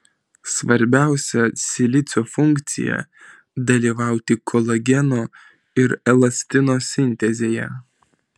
svarbiausia silicio funkcija dalyvauti kolageno ir elastino sintezėje